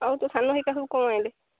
ଆଉ ତୁ ସାନୁ ହେରିକା ସବୁ କ'ଣ ଆଣିଲେ